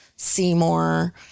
Seymour